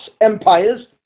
empires